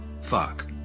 fuck